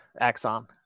Axon